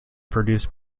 produced